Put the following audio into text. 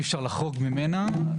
אי-אפשר לחרוג ממנו.